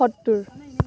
সত্তৰ